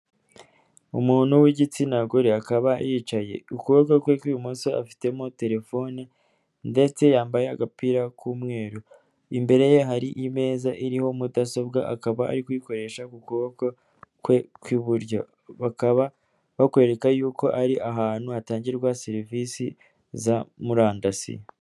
Umuntu w'igitsina gore akaba yicaye, ukuboko kwe kw'ibumoso afitemo telefone ndetse yambaye agapira k'umweru, imbere ye hari imeza iriho mudasobwa akaba ari kuyikoresha ku kuboko kwe kw'iburyo, bakaba bakwereka y'uko ari ahantu hatangirwa serivisi za murandasi.